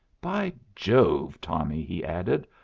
by jove, tommy, he added,